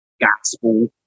gospel